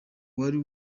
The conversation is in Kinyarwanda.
wari